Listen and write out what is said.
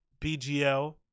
BGL